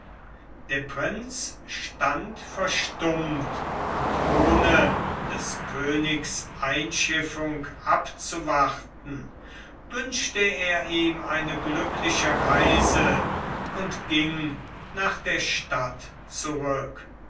der prinz stand verstummt und ohne des königs einschiffung abzuwarten wünschte er ihm eine glückliche reise und ging nach der stadt zurück